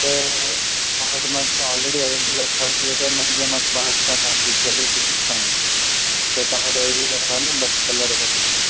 त तव्हां वटि मन तव्हां आलरेडी अवेलेबल अथव न इहो त न जीअं मां सुभाणे अचां तव्हां फ़िक्स करे अची ॾिसां त तव्हां वटि अवेलेबल अथव न ॿ टे कलर जेके आहिनि